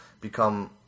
become